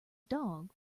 dog